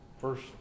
first